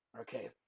Okay